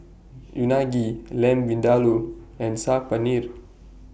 Unagi Lamb Vindaloo and Saag Paneer